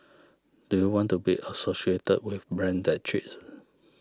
do you want to be associated with brand that cheats